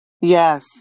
Yes